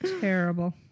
Terrible